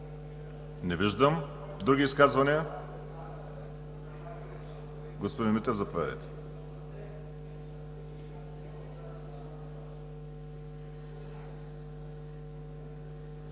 Не виждам. Други изказвания? Господин Митев, заповядайте.